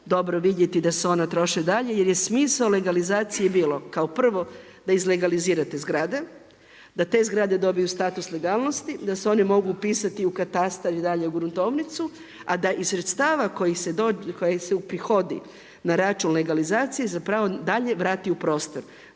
dobro vidjeti da se onda troše dalje jer je smisao legalizacije bilo kao prvo da izlegalizirate zgrade, da te zgrade dobiju status legalnosti, da se oni mogu upisati u katastar i dalje u gruntovnicu a da iz sredstava koji se uprihodi na račun legalizacije zapravo dalje vrati u prostor,